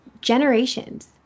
generations